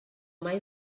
mai